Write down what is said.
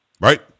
Right